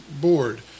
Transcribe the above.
board